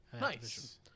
Nice